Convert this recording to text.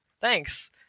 thanks